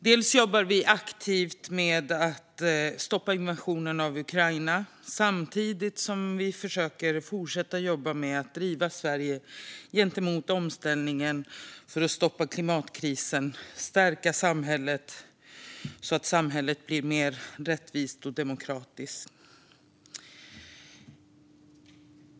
Dels jobbar vi aktivt med att stoppa invasionen av Ukraina, dels försöker vi att fortsätta jobba med att driva Sverige mot omställningen för att stoppa klimatkrisen och stärka samhället så att det blir mer rättvist och demokratiskt.